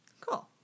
Cool